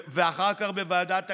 ואחר כך בוועדת הכספים,